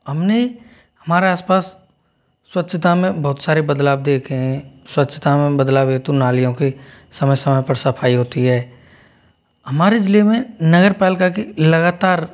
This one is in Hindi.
हमने हमारे आसपास स्वच्छता में बहुत सारे बदलाव देखे हैं स्वच्छता में बदलाव हेतु नालियों के समय समय पर सफाई होती है हमारे ज़िले में नगर पालिका की लगातार